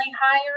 higher